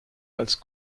als